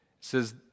says